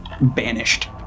banished